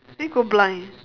then you go blind